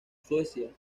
suecia